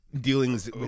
dealings